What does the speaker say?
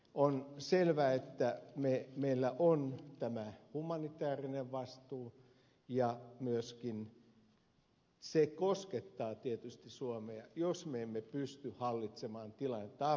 on selvää että meillä on tämä humanitaarinen vastuu ja se koskettaa tietysti myöskin suomea jos me emme pysty hallitsemaan tilannetta afrikassa